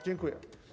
Dziękuję.